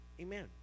Amen